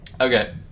Okay